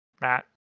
Matt